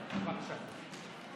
בבקשה.